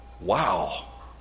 Wow